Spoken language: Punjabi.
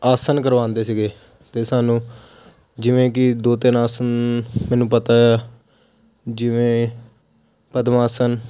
ਆਸਨ ਕਰਵਾਉਂਦੇ ਸੀਗੇ ਅਤੇ ਸਾਨੂੰ ਜਿਵੇਂ ਕਿ ਦੋ ਤਿੰਨ ਆਸਨ ਮੈਨੂੰ ਪਤਾ ਜਿਵੇਂ ਪਦਮ ਆਸਨ